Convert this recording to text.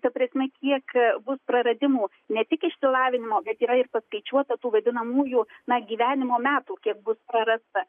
ta prasme kiek bus praradimų ne tik išsilavinimo bet yra ir paskaičiuota tų vadinamųjų na gyvenimo metų kiek bus prarasta